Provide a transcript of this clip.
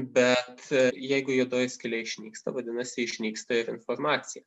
bet jeigu juodoji skylė išnyksta vadinasi išnyksta ir informacija